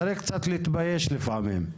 צריך קצת להתבייש לפעמים.